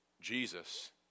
Jesus